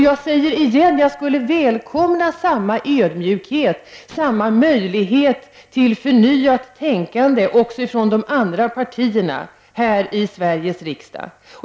Jag upprepar att jag skulle välkomna samma ödmjukhet, samma möjligheter till förnyat tänkande också från de andra partierna här i Sveriges riksdag.